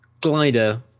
glider